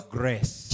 grace